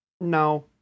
No